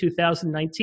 2019